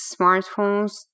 smartphones